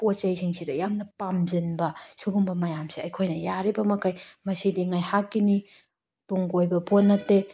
ꯄꯣꯠ ꯆꯩ ꯁꯤꯡꯁꯤꯗ ꯌꯥꯝꯅ ꯄꯥꯝꯁꯤꯟꯕ ꯁꯨꯒꯨꯝꯕ ꯃꯌꯥꯝꯁꯤ ꯑꯩꯈꯣꯏꯅ ꯌꯥꯔꯤꯕ ꯃꯈꯩ ꯃꯁꯤꯗꯤ ꯉꯥꯏꯍꯥꯛꯀꯤꯅꯤ ꯇꯨꯡ ꯀꯣꯏꯕ ꯄꯣꯠ ꯅꯠꯇꯦ